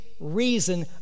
reason